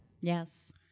Yes